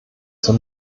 zur